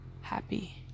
happy